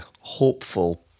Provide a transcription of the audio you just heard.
hopeful